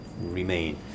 remain